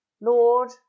Lord